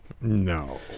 No